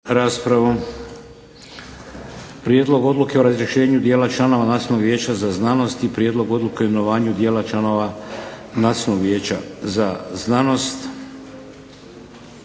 - A) Prijedlog odluke o razrješenju dijela članova Nacionalnog vijeća za znanost - B) Prijedlog odluke o imenovanju dijela članova nacionalnog vijeća za znanost.